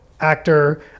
actor